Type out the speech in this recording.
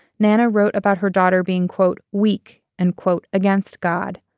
nana wrote about her daughter being quote weak and quote against god.